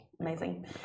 Amazing